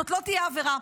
זאת לא תהיה עבירה.